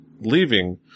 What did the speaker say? leaving